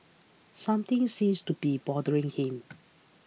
something seems to be bothering him